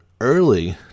early